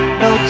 no